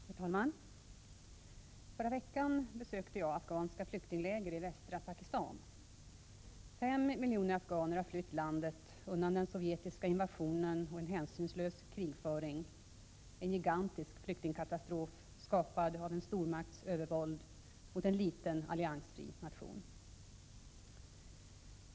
Herr talman! Förra veckan besökte jag afghanska flyktingläger i västra Pakistan. Fem miljoner afghaner har flytt landet, undan den sovjetiska invasionen och en hänsynslös krigföring — en gigantisk flyktingkatastrof, skapad av en stormakts övervåld mot en liten alliansfri nation.